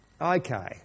Okay